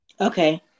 Okay